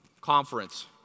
Conference